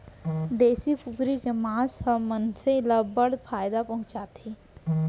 देसी कुकरी के मांस ह मनसे ल बड़ फायदा पहुंचाथे